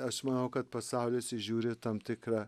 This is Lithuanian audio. aš manau kad pasaulis įžiūri tam tikrą